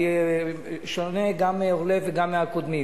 אני שונה גם מאורלב וגם מהקודמים.